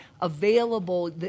available